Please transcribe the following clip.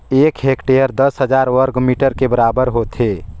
एक हेक्टेयर दस हजार वर्ग मीटर के बराबर होथे